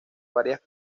varias